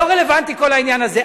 לא רלוונטי כל העניין הזה.